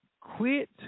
quit